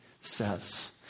says